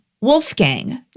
Wolfgang